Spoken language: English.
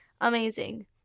amazing